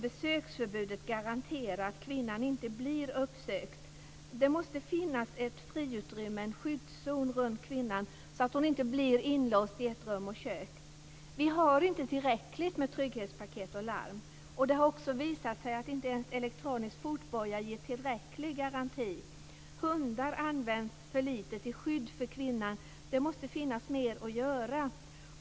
Besöksförbudet måste garantera att kvinnan inte blir uppsökt. Det måste finnas en skyddszon runt kvinnan så att hon inte blir inlåst i ett rum och kök. Vi har inte tillräckligt många trygghetspaket och larm. Det har också visat sig att inte ens elektronisk fotboja ger tillräcklig garanti. Hundar används för lite till skydd för kvinnan. Det måste finnas mer att göra.